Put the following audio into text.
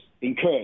incurred